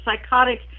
psychotic